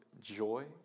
joy